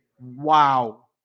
Wow